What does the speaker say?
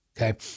okay